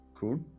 Cool